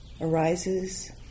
arises